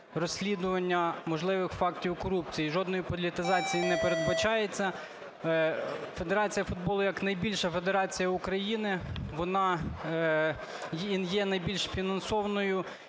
розслідування можливих фактів корупції. Жодної політизації не передбачається. Федерація футболу як найбільша федерація України, вона є найбільш фінансованою,